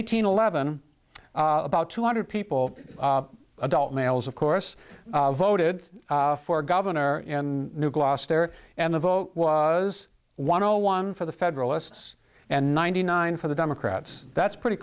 eighteen eleven about two hundred people adult males of course voted for governor in new gloucester and the vote was one zero one for the federalists and ninety nine for the democrats that's pretty